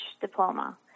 diploma